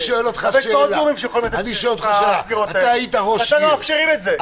יש עוד גורמים שיכולים לעשות אכיפה ואתם לא מאפשרים את זה.